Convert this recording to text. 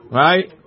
right